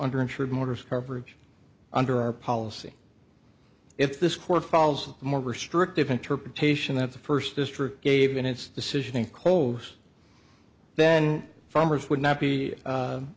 under insured motors coverage under our policy if this court falls more restrictive interpretation that the first district gave in its decision in clothes then farmers would not be